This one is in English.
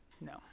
No